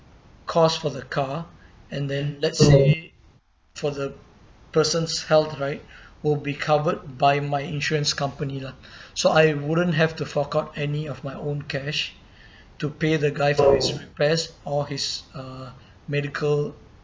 cost for the car and then let's say for the person's health right will be covered by my insurance company lah so I wouldn't have to fork out any of my own cash to pay the guy for his repairs or his uh medical